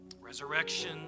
Resurrection